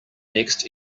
next